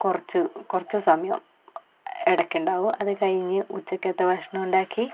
കുറച്ച് കുറച്ച് സമയം ഇടയ്ക്ക് ഉണ്ടാകും അത് കഴിഞ്ഞ് ഉച്ചക്കത്തെ ഭക്ഷണം ഉണ്ടാക്കി